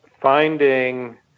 finding